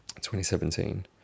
2017